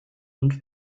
und